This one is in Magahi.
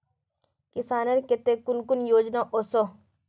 किसानेर केते कुन कुन योजना ओसोहो?